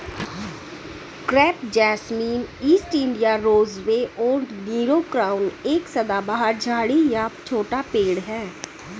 crepe jasmine, East India rosebay और Nero crown एक सदाबहार झाड़ी या छोटा पेड़ है